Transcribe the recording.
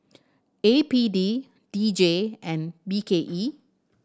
A P D D J and B K E